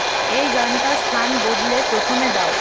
এই গানটার স্থান বদলে প্রথমে দাও